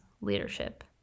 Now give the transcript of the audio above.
leadership